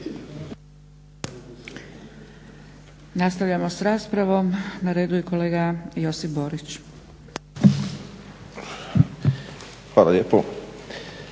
Nastavljamo sa raspravom. Na redu je kolega Josip Borić. **Borić,